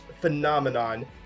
phenomenon